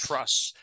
Trust